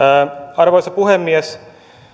arvoisa puhemies